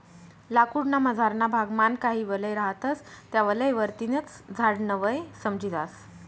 लाकूड ना मझारना भाग मान काही वलय रहातस त्या वलय वरतीन च झाड न वय समजी जास